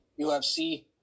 UFC